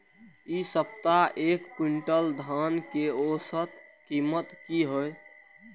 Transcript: इ सप्ताह एक क्विंटल धान के औसत कीमत की हय?